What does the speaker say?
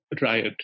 riot